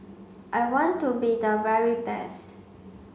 I want to be the very best